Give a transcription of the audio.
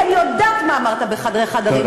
כי אני יודעת מה אמרת בחדרי חדרים,